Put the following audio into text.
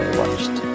watched